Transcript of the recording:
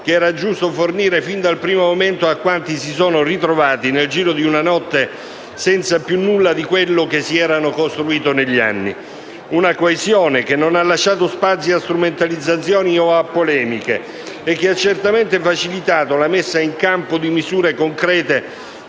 che era giusto fornire fin dal primo momento a quanti si sono ritrovati, nel giro di una notte, senza più nulla di quello che si erano costruiti negli anni. Tale coesione non ha lasciato spazi a strumentalizzazioni o a polemiche e ha certamente facilitato la messa in campo di misure concrete,